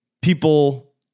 people